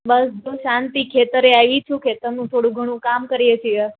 બસ જો શાંતિ ખેતરે આયવી છુ ખેતરનું થોડું ઘણું કામ કરીએ છીએ